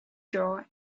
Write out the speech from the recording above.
draw